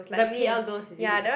the p_l girls is it